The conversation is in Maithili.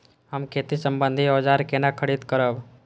हम खेती सम्बन्धी औजार केना खरीद करब?